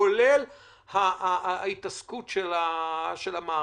כולל ההתעסקות של המערכת,